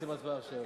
רוצים הצבעה עכשיו.